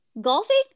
golfing